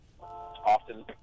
often